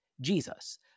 Jesus